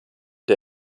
der